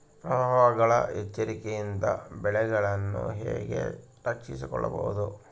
ಪ್ರವಾಹಗಳ ಎಚ್ಚರಿಕೆಯಿಂದ ಬೆಳೆಗಳನ್ನು ಹೇಗೆ ರಕ್ಷಿಸಿಕೊಳ್ಳಬಹುದು?